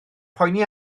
poeni